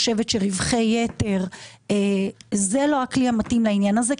חושבת שרווחי יתר זה לא הכלי המתאים לעניין הזה.